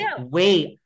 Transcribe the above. wait